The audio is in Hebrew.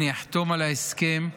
אני אחתום על ההסכם.